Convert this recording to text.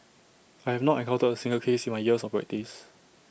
I have not encountered A single case in my years of practice